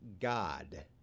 God